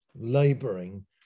laboring